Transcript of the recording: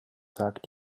tag